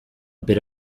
bit